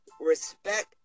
respect